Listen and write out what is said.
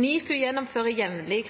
NIFU gjennomfører jevnlig